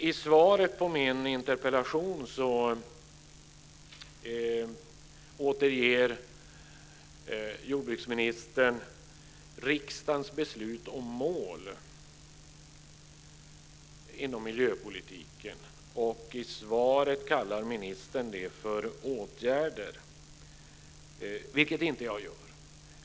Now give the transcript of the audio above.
I svaret på min interpellation återger jordbruksministern riksdagens beslut om mål inom miljöpolitiken och kallar det för åtgärder, vilket inte jag gör.